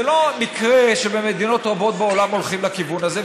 זה לא מקרה שבמדינות רבות בעולם הולכים לכיוון הזה,